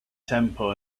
tempo